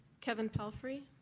kevin pelphrey?